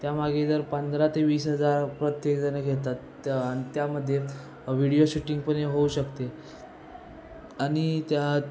त्यामागे जर पंधरा ते वीस हजार प्रत्येकजण घेतात अन त्यामध्ये व्हिडिओ शूटिंगपण होऊ शकते आणि त्या